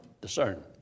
discern